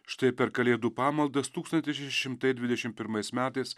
štai per kalėdų pamaldas tūkstantis šeši šimtai dvidešim pirmais metais